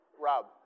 Rob